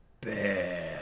bad